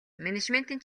менежментийн